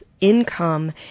income